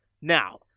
Now